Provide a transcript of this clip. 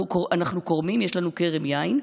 אנחנו כורמים, יש לנו כרם יין.